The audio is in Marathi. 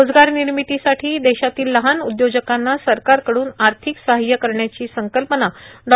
रोजगार निर्मितीसाठी देशातील लहान उद्योजकांना सरकारकडून आर्थिक सहाय्य करण्याची संकल्पना डॉ